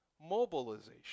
mobilization